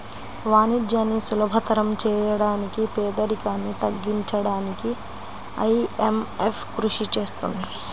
వాణిజ్యాన్ని సులభతరం చేయడానికి పేదరికాన్ని తగ్గించడానికీ ఐఎంఎఫ్ కృషి చేస్తుంది